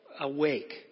awake